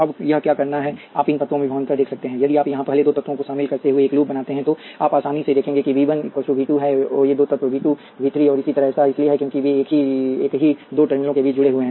अब यह क्या करना है आप इन तत्वों में विभवांतर देख सकते हैं यदि आप यहां पहले दो तत्वों को शामिल करते हुए एक लूप बनाते हैं तो आप आसानी से देखेंगे कि वी 1 वी 2 और ये दो तत्व वी 2 वी 3 और इसी तरह ऐसा इसलिए है क्योंकि वे एक ही दो टर्मिनलों के बीच जुड़े हुए हैं